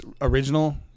original